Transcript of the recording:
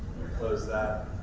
close that,